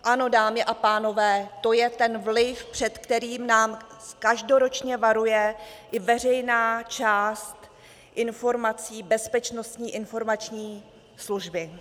Ano, dámy a pánové, to je ten vliv, před kterým nás každoročně varuje i veřejná část informací Bezpečnostní informační služby.